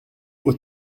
aux